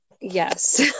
Yes